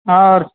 હા